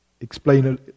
explain